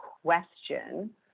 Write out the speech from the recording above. question